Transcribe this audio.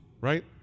right